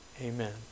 Amen